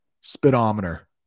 speedometer